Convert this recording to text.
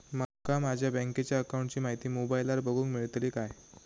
माका माझ्या बँकेच्या अकाऊंटची माहिती मोबाईलार बगुक मेळतली काय?